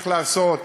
צריך לעשות.